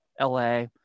LA